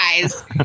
guys